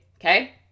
okay